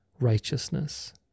righteousness